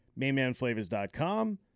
MainManFlavors.com